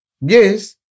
Yes